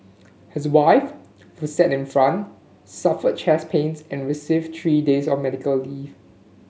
his wife who sat in front suffered chest pains and received three days of medical leave